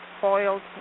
Foiled